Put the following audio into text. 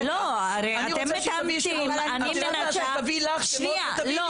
אני מבקש תביאי את השמות.